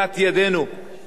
לא פועלים בנחישות